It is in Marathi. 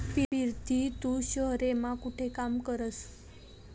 पिरती तू शहेर मा कोठे काम करस?